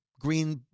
green